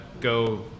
go